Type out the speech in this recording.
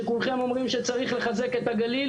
שכולכם אומרים שצריך לחזק את הגליל